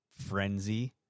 frenzy